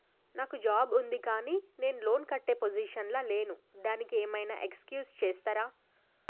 నాకు జాబ్ ఉంది కానీ నేను లోన్ కట్టే పొజిషన్ లా లేను దానికి ఏం ఐనా ఎక్స్క్యూజ్ చేస్తరా?